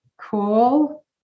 cool